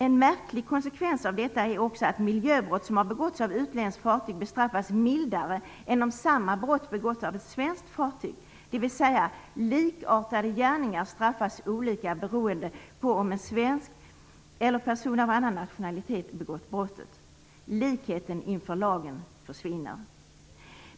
En märklig konsekvens av detta är också att miljöbrott som har begåtts av utländskt fartyg bestraffas mildare än om samma brott har begåtts av ett svenskt fartyg, dvs. att likartade gärningar straffas olika, beroende på om en svensk person eller en person av annan nationalitet begått brottet. Likheten inför lagen försvinner.